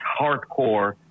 hardcore